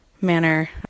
manner